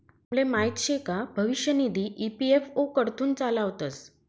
तुमले माहीत शे का भविष्य निधी ई.पी.एफ.ओ कडथून चालावतंस